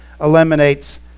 eliminates